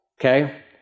Okay